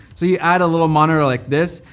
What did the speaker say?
so you add a little monitor like this,